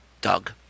Doug